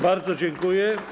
Bardzo dziękuję.